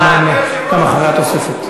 הזמן, גם אחרי התוספת.